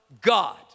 God